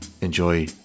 enjoy